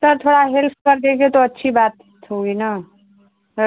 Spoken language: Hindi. सर थोड़ा हेल्प कर देंगे तो अच्छी बात होगी ना सर